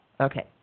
Okay